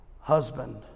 husband